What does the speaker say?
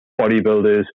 bodybuilders